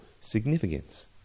significance